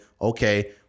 okay